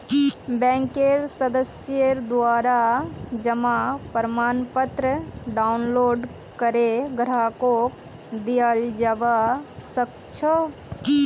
बैंकेर सदस्येर द्वारा जमा प्रमाणपत्र डाउनलोड करे ग्राहकक दियाल जबा सक छह